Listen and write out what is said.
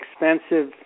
expensive